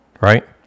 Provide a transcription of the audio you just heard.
right